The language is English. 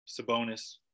Sabonis